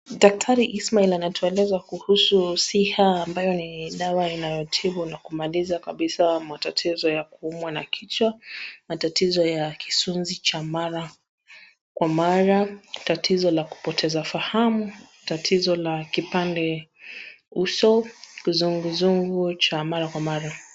Daktari Ismail anatueleza kuhusu Siha, ambayo ni dawa inayotibu na kumaliza kabisa matatizo ya kuumwa na kichwa, matatizo ya kisunzi cha mara kwa mara, tatizo la kupoteza fahamu, tatizo la kipanda uso, kizunguzungu cha mara kwa mara.